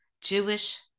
Jewish